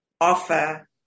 offer